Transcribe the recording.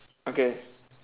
okay